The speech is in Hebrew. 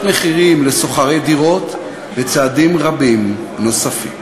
מחירים לשוכרי דירות וצעדים רבים נוספים.